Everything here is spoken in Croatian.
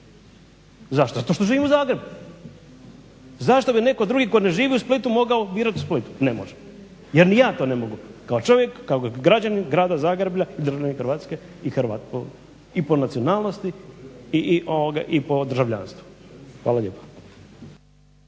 Zašto? Zato što živim u Zagrebu. Zašto bi netko drugi tko ne živi u Splitu mogao birati u Splitu? Ne može, jer ni ja to ne mogu kao čovjek, kao građanin grada Zagreba, državljanin Hrvatske i Hrvat po nacionalnosti i po državljanstvu. Hvala lijepa.